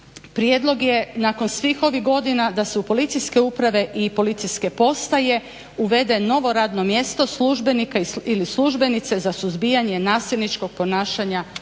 prijedlog je nakon svih ovih godina da se u policijske uprave i policijske postaje uvede novo radno mjesto službenika ili službenice za suzbijanje nasilničkog ponašanja u obitelji